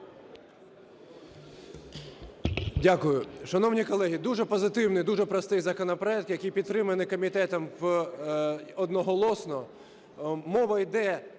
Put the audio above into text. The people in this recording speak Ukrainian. Дякую. Шановні колеги, дуже позитивний, дуже простий законопроект, який підтриманий комітетом одноголосно. Мова йде,